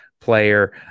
player